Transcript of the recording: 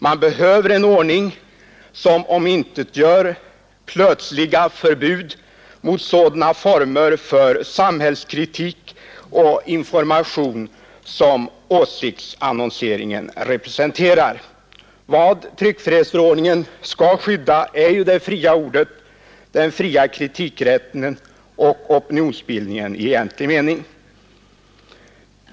Man behöver en ordning som omintetgör plötsliga förbud mot sådana former av samhällskritik och information som åsiktsannonseringen representerar. Tryckfrihetsförordningen skall ju skydda det fria ordet, den fria kritikrätten och opinionsbildningen i egentlig mening.